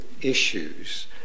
issues